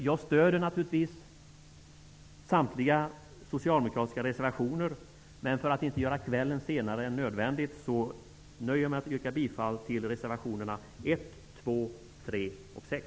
Jag stöder naturligtvis samtliga socialdemokratiska reservationer, men för att inte göra kvällen längre än nödvändigt nöjer jag mig med att yrka bifall till reservationerna 1, 2, 3 och 6.